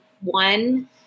one